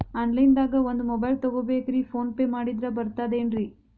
Online ದಾಗ ಒಂದ್ mobile ತಗೋಬೇಕ್ರಿ ಫೋನ್ ಪೇ ಮಾಡಿದ್ರ ಬರ್ತಾದೇನ್ರಿ?